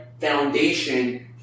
foundation